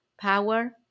power